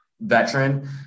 veteran